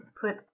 put